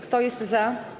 Kto jest za?